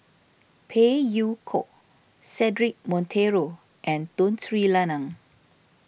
Phey Yew Kok Cedric Monteiro and Tun Sri Lanang